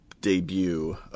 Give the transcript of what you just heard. debut